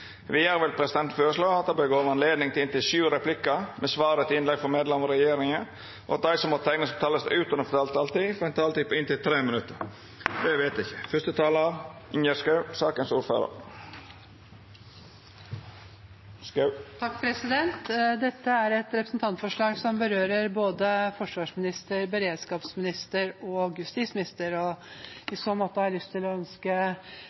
Vidare vil presidenten føreslå at det vert gjeve anledning til inntil sju replikkar med svar etter innlegg frå medlemer av regjeringa, og at dei som måtte teikna seg på talarlista utover den fordelte taletida, får ei taletid på inntil 3 minutt. – Det er vedteke. Dette er et representantforslag som berører områdene til både forsvarsministeren, beredskapsministeren og